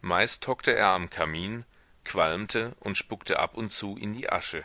meist hockte er am kamin qualmte und spuckte ab und zu in die asche